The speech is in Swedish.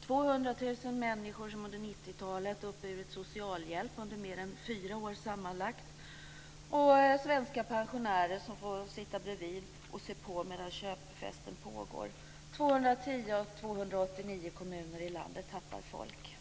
där 200 000 människor under 90-talet uppburit socialhjälp under mer än fyra år sammanlagt och där svenska pensionärer får sitta bredvid och se på medan köpfesten pågår. 210 av 289 kommuner i landet tappar folk.